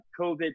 COVID